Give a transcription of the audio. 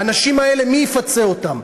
האנשים האלה, מי יפצה אותם?